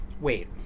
Wait